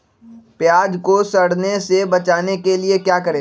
प्याज को सड़ने से बचाने के लिए क्या करें?